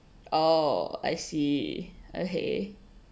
oh I see okay